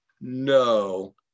no